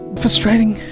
frustrating